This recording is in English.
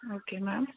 okay ma'am